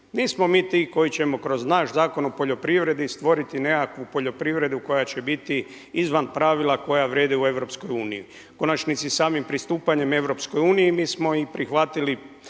Nismo mi ti koji ćemo kroz naš zakon o poljoprivredi stvoriti nekakvu poljoprivredu koja će biti izvan pravila koja vrijede u Europskoj uniji. U konačnici, samim pristupanjem Europskoj uniji mi smo i prihvatili